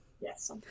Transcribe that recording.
Yes